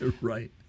Right